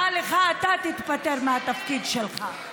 אני מציעה לך: אתה תתפטר מהתפקיד שלך.